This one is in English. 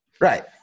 Right